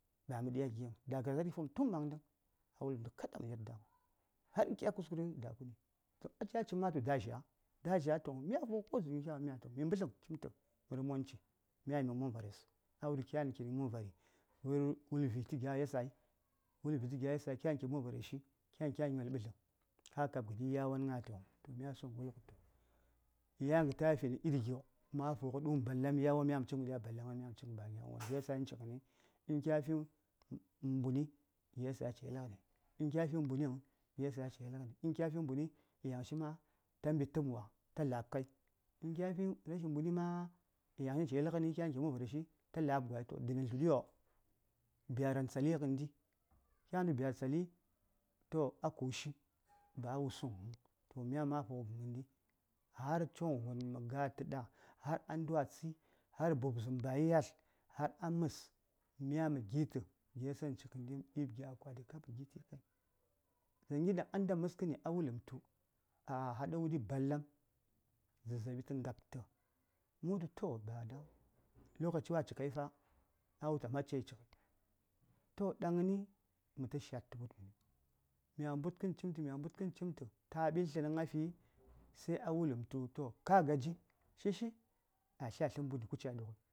﻿Ba mə dya gin dagon ata fum tun baŋdəŋ a wulləmtu kada mə yaddang har in kya kuskure da kuni ca cim tu dazha, dazha tu uhm mya fugə ko dzaŋgyo kya wummiya tu mi mbəlləm cintə məri monci myani minə məmvari a multu kyan kin məm vari wulvi tə gya yasayi kyan kin kə vareshi kyan kya nyol bədləm kav kap gəd yawon ngatu mya su mə mu tu yan kə taya fini iri gyo a∂ fugə duun balləm yawon myan mə cin gə yan mə cimngai yawor yasan ci gəni uhn kyafi ni mbun yasan ca yelgəni ɗaŋ kyati mbuning yangshi ma ta mbitəmwatə la:p kai kyafi rashi mbuni ma yan shi ca yesgəni kyan kinə məmvares shi ta la:p gmai ta dəni dludiyo byaran tsaligəndi kya wuntu byar tsali toh a kushi. Ba'a wusuŋ to myan mai fugə gəndi har choŋvon man gatədah har a ndwatsəi har bubzuŋ mbai yatl har a məs myan mə gi:tə yasan ci gəndi mə di:p gya akwati kap mə gi:ti ngai. Dzangi daŋ a nda məskəni a wuləm tu a hadam wudi ballam zazzabi ta ngapti mə wultu toh Dada lokaci waci kai fa a wultu fa ca yel cik to dangni mə ta Shatə wut mən mya mbudkən cimtə-mya mbudkən cimtə ta ɓintlə dang a fi sai a wulləmtu to ka gaji shi-shi a tlyi tlya-atlən mbudni kuci a ɗugəyi.